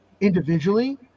individually